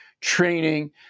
training